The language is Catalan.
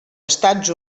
estats